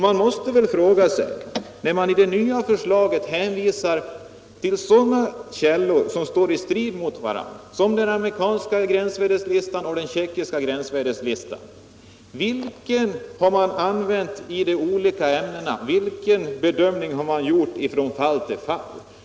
Man måste fråga sig — när man i det nya förslaget hänvisar till sådana källor som står i strid mot varandra, nämligen den amerikanska gränsvärdeslistan och den tjeckiska — vilken lista arbetarskyddsstyrelsen använt för de olika ämnena och vilken bedömning man gjort från fall till fall.